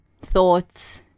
thoughts